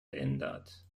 ändert